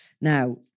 Now